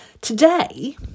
Today